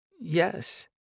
Yes